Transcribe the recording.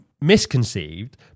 misconceived